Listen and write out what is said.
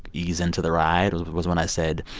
ease into the ride was when i said,